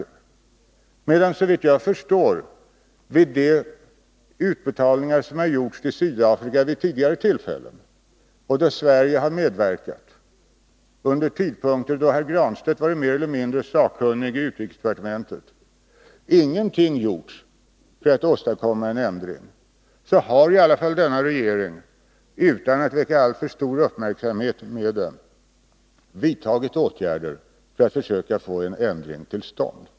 Såvitt jag förstår har vid de utbetalningar som gjorts till Sydafrika vid tidigare tillfällen då Sverige medverkat, under tider då herr Granstedt varit mer eller mindre sakkunnig i utrikesdepartementet, ingenting gjorts för att åstadkomma en ändring. Men den nuvarande regeringen har i alla fall, utan att väcka alltför stor uppmärksamhet, vidtagit åtgärder för att försöka få en ändring till stånd.